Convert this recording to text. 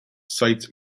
cites